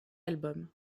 album